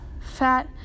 Fat